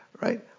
right